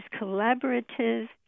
collaborative